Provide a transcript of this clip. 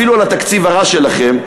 אפילו על התקציב הרע שלכם,